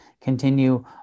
Continue